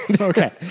Okay